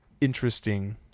interesting